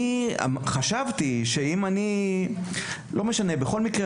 שר החינוך